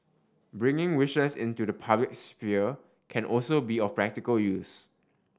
bringing wishes into the public sphere can also be of practical use